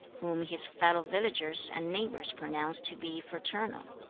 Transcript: whom his fellow villagers and neighbours pronounce to be fraternal